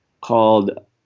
called